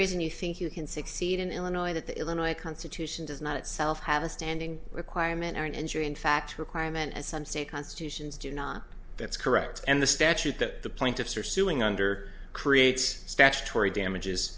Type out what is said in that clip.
reason you think you can succeed in illinois that the illinois constitution does not itself have a standing requirement or an injury in fact requirement as some state constitutions do not that's correct and the statute that the plaintiffs are suing under creates statutory damages